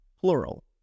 plural